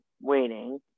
waiting